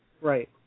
Right